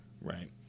right